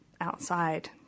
outside